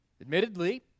Admittedly